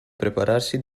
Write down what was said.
prepararsi